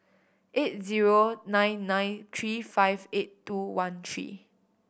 eight zero nine nine three five eight two one three